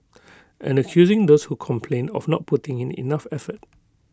and accusing those who complained of not putting in the enough effort